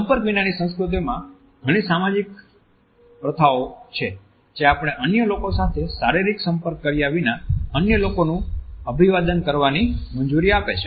સંપર્ક વિનાની સંસ્કૃતિઓમાં ઘણી સામાજિક પ્રથાઓ છે જે આપણે અન્ય લોકો સાથે શારીરિક સંપર્ક કર્યા વિના અન્ય લોકોનું અભિવાદન કરવાની મંજૂરી આપે છે